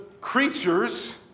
creatures